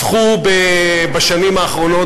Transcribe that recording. הפכו בשנים האחרונות,